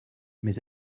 mais